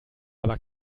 aber